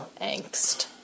angst